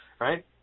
right